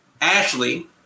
Ashley